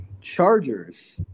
Chargers